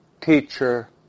teacher